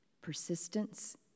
persistence